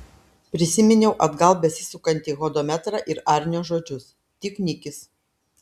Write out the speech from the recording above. prisiminiau atgal besisukantį hodometrą ir arnio žodžius tik nikis